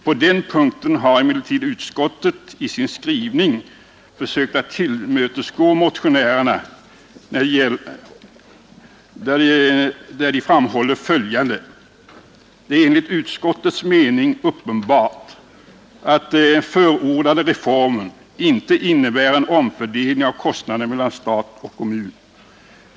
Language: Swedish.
På den punkten har emellertid utskottet i sin skrivning försökt att tillmötesgå motionärerna när utskottet framhåller följande: ”Det är enligt utskottets mening uppenbart att den förordade reformen inte innebär en omfördelning av kostnader mellan stat och kommun.